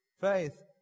faith